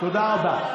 תודה רבה.